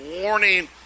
warning